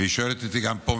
והיא שואלת אותי גם פה,